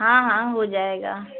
ہاں ہاں ہو جائے گا